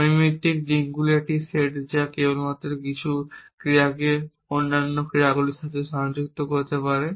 নৈমিত্তিক লিঙ্কগুলির একটি সেট যা কেবলমাত্র কিছু ক্রিয়াকে অন্যান্য ক্রিয়াগুলির সাথে সংযুক্ত করতে পারে